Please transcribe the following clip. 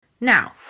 Now